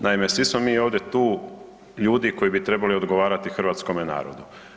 Naime, svi smo mi ovdje tu ljudi koji bi trebali odgovarati hrvatskome narodu.